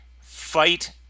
fight